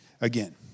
again